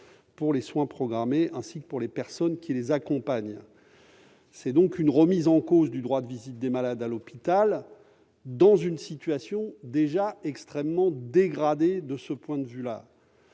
pour les soins programmés, ainsi que pour les personnes qui accompagnent les patients. C'est donc une remise en cause du droit de visite des malades à l'hôpital, dans une situation déjà extrêmement dégradée de ce point de vue.